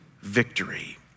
victory